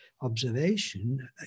observation